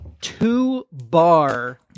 two-bar